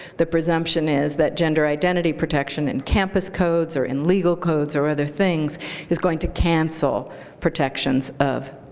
the presumption is that gender identity protection and campus codes or in legal codes or other things is going to cancel protections of